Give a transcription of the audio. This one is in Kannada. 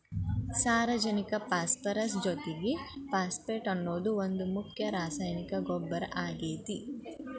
ಸಾರಜನಕ ಪಾಸ್ಪರಸ್ ಜೊತಿಗೆ ಫಾಸ್ಫೇಟ್ ಅನ್ನೋದು ಒಂದ್ ಮುಖ್ಯ ರಾಸಾಯನಿಕ ಗೊಬ್ಬರ ಆಗೇತಿ